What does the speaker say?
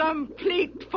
complete